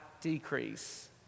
decrease